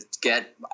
get